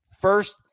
first